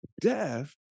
death